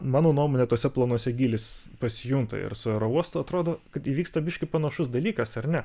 mano nuomone tuose planuose gylis pasijunta ir su aerouostu atrodo kad įvyksta biškį panašus dalykas ar ne